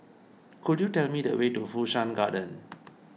could you tell me the way to Fu Shan Garden